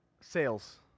sales